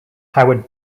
howard